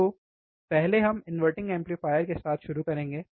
तो पहले हम इनवर्टिंग एम्पलीफायर के साथ शुरू करेंगे